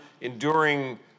enduring